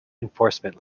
enforcement